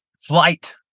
flight